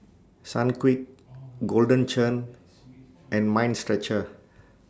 Sunquick Golden Churn and Mind Stretcher